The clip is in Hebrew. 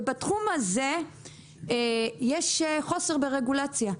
בתחום הזה יש חוסר ברגולציה.